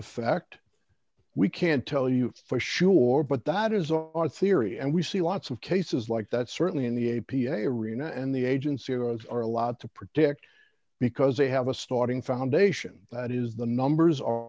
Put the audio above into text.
effect we can't tell you for sure but that is on theory and we see lots of cases like that certainly in the a p a arena and the agency runs are a lot to protect because they have a starting foundation that is the numbers are